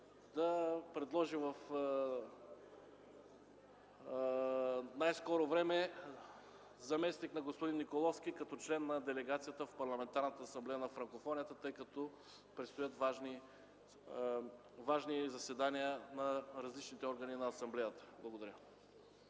да предложи в най-скоро време заместник на господин Николовски като член в Делегацията на Парламентарната асамблея на франкофонията, тъй като предстоят важни заседания на различните органи на асамблеята. Благодаря.